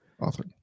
author